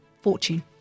fortune